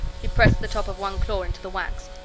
he pressed the top of one claw into the wax.